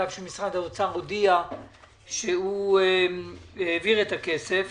על אף שמשרד האוצר הודיע שהוא העביר את הכסף.